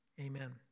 Amen